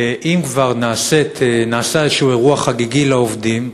אם כבר נעשה איזה אירוע חגיגי לעובדים,